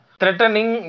threatening